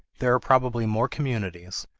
there are probably more communities,